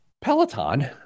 Peloton